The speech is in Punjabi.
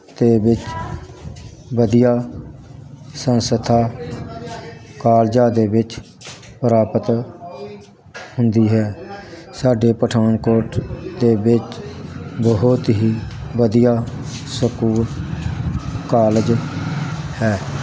ਦੇ ਵਿੱਚ ਵਧੀਆ ਸੰਸਥਾ ਕਾਲਜਾਂ ਦੇ ਵਿੱਚ ਪ੍ਰਾਪਤ ਹੁੰਦੀ ਹੈ ਸਾਡੇ ਪਠਾਨਕੋਟ ਦੇ ਵਿੱਚ ਬਹੁਤ ਹੀ ਵਧੀਆ ਸਕੂਲ ਕਾਲਜ ਹੈ